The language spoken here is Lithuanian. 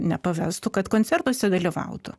nepavestų kad koncertuose dalyvautų